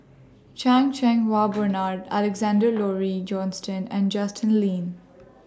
Chan Cheng Wah Bernard Alexander Laurie Johnston and Justin Lean